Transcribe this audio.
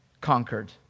conquered